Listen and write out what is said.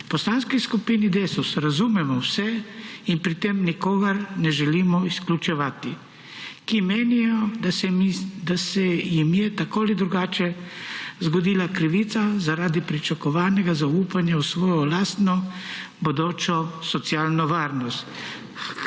V Poslanski skupini DeSUS razumemo vse in pri tem nikogar ne želimo izključevati, ki menijo, da se jim je tako ali drugače zgodila krivica zaradi pričakovanega zaupanja v svojo lastno bodočo socialno varnost,